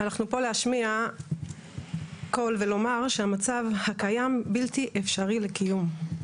אנחנו פה להשמיע קול ולומר שהמצב הקיים בלתי אפשרי לקיום.